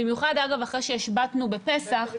במיוחד אגב אחרי שהשבתנו בפסח,